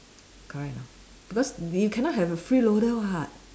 correct or not because you cannot have a freeloader [what]